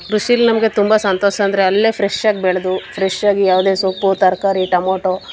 ಕೃಷೀಲಿ ನಮಗೆ ತುಂಬ ಸಂತೋಷಂದರೆ ಅಲ್ಲೆ ಫ್ರೆಶ್ಶಾಗಿ ಬೆಳೆದು ಫ್ರೆಶ್ಶಾಗಿ ಯಾವುದೇ ಸೊಪ್ಪು ತರಕಾರಿ ಟೊಮೊಟೊ